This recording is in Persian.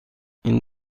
این